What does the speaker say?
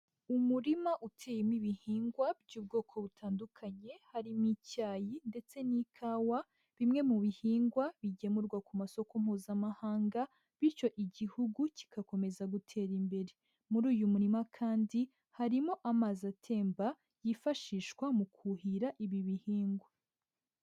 Umurima uteyemo ibihingwa by'ubwoko butandukanye, harimo icyayi, ndetse n'ikawa, bimwe mu bihingwa bigemurwa ku masoko mpuzamahanga, bityo igihugu kigakomeza gutera imbere. Muri uyu murima kandi, harimo amazi atemba, yifashishwa mu kuhira ibi bihingwa.